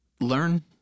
learn